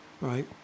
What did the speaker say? right